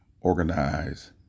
organize